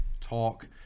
talk